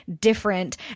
different